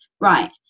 right